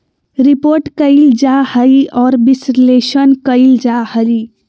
report कइल जा हइ और विश्लेषण कइल जा हइ